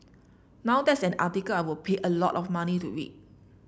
now that's an article I would pay a lot of money to read